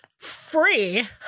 free